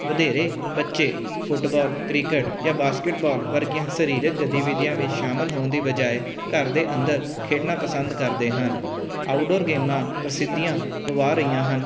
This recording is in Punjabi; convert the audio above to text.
ਵਧੇਰੇ ਬੱਚੇ ਫੁਟਬਾਲ ਕ੍ਰਿਕਟ ਜਾਂ ਬਾਸਕਟਬਾਲ ਵਰਗੀਆਂ ਸਰੀਰਕ ਗਤੀਵਿਧੀਆਂ ਵਿੱਚ ਸ਼ਾਮਿਲ ਹੋਣ ਦੀ ਬਜਾਏ ਘਰ ਦੇ ਅੰਦਰ ਖੇਡਣਾ ਪਸੰਦ ਕਰਦੇ ਹਨ ਆਊਟਡੋਰ ਗੇਮਾਂ ਪ੍ਰਸਿੱਧੀਆਂ ਗਵਾ ਰਹੀਆਂ ਹਨ